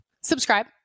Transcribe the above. Subscribe